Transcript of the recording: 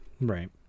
Right